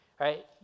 right